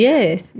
Yes